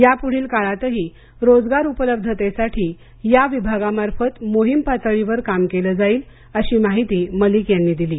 यापुढील काळातही रोजगार उपलब्धतेसाठी या विभागामार्फत मोहीम पातळीवर काम केले जाईल अशी माहिती मलिक यांनी दिली आहे